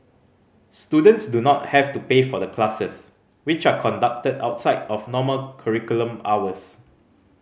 students do not have to pay for the classes which are conducted outside of normal curriculum hours